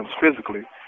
physically